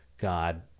God